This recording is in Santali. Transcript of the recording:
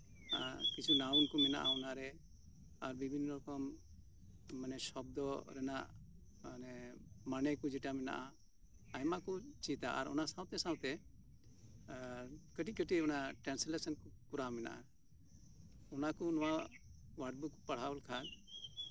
ᱟᱨ ᱠᱤᱪᱷᱩ ᱱᱟᱣᱩᱱ ᱠᱚ ᱢᱮᱱᱟᱜᱼᱟ ᱚᱱᱟᱨᱮ ᱟᱨ ᱵᱤᱵᱷᱤᱱᱱᱚ ᱨᱚᱠᱚᱢ ᱢᱟᱱᱮ ᱥᱚᱵᱽᱫᱚ ᱨᱮᱱᱟᱜ ᱢᱟᱱᱮ ᱠᱚ ᱡᱮᱴᱟ ᱢᱮᱱᱟᱜᱼᱟ ᱟᱭᱢᱟ ᱠᱚ ᱪᱮᱫᱼᱟ ᱚᱱᱟ ᱥᱟᱶᱛᱮ ᱥᱟᱶᱛᱮ ᱠᱟᱹᱴᱤᱡ ᱠᱟᱹᱴᱤᱡ ᱴᱨᱟᱱᱥᱞᱮᱥᱚᱱ ᱠᱚᱨᱟᱣ ᱢᱮᱱᱟᱜᱼᱟ ᱚᱱᱟ ᱠᱚ ᱱᱚᱶᱟ ᱳᱣᱟᱨᱰ ᱵᱩᱠ ᱯᱟᱲᱦᱟᱣ ᱞᱮᱠᱷᱟᱱ